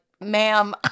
ma'am